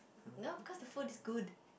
no because the food is good